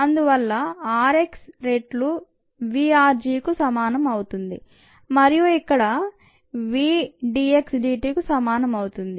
అందువల్ల R x రెట్లు V r gకు సమానం అవుతుంది మరియు ఇక్కడ నుంచి V d x dtకు సమానం అవుతుంది